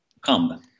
come